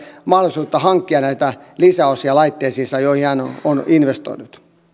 mahdollisuutta hankkia näitä lisäosia laitteisiinsa joihin hän on investoinut